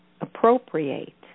appropriate